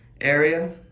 area